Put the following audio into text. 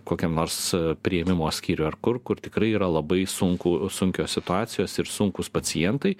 kokiam nors priėmimo skyriuj ar kur kur tikrai yra labai sunkų sunkios situacijos ir sunkūs pacientai